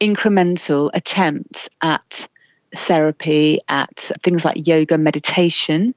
incremental attempts at therapy, at things like yoga, meditation.